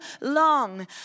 long